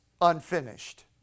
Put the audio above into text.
unfinished